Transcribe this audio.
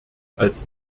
als